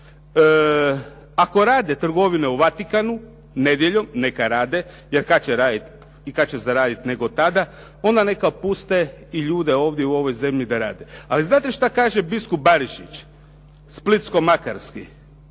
ako rade trgovine u Vatikanu nedjeljom, neka rade, jer kad će zaraditi nego tada, onda neka puste i ljude ovdje u ovoj zemlji da rade. Ali znate šta kaže biskup Barišić, splitsko-makarski?